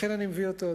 לכן אני מביא אותו,